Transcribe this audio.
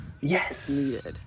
Yes